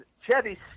Chevy